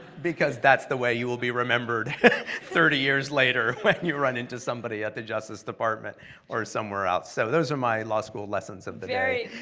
because that's the way you will be remembered thirty years later when you run into somebody at the justice department or somewhere else. so those are my law school lessons of the day. very